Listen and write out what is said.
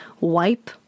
wipe